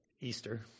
Easter